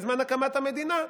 בזמן הקמת המדינה,